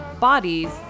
bodies